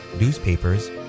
newspapers